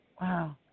Wow